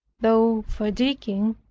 though fatiguing,